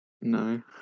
No